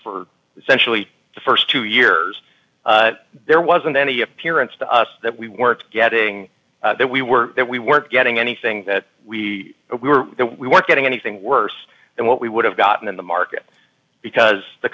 for essentially the st two years there wasn't any appearance to us that we weren't getting that we were that we weren't getting anything that we were we weren't getting anything worse than what we would have gotten in the market because the